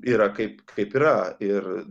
yra kaip kaip yra ir